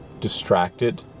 distracted